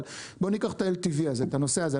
אבל בוא ניקח את ה-LTV הזה, את הנושא הזה.